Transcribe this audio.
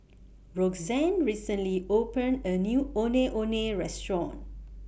Roxann recently opened A New Ondeh Ondeh Restaurant